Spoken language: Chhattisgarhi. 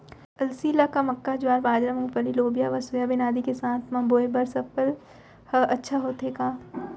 अलसी ल का मक्का, ज्वार, बाजरा, मूंगफली, लोबिया व सोयाबीन आदि के साथ म बोये बर सफल ह अच्छा होथे का?